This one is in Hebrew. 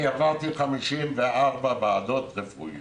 אני עברתי 54 ועדות רפואיות.